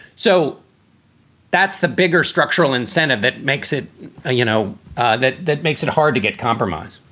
so that's the bigger structural incentive that makes it you know that that makes it hard to get compromise